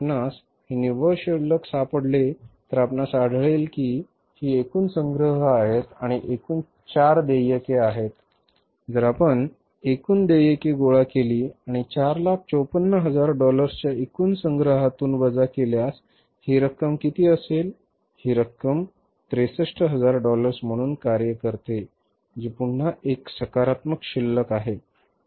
जर आपणास हे निव्वळ शिल्लक सापडले तर आपणास आढळेल की ही एकूण संग्रह आहेत आणि ही एकूण 4 देयके आहेत जर आपण एकूण देयके गोळा केली आणि 454000 डॉलर्सच्या एकूण संग्रहातून वजा केल्यास ही रक्कम किती असेल ही रक्कम 63000 डॉलर्स म्हणून कार्य करते जी पुन्हा एक सकारात्मक शिल्लक आहे